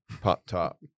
pop-top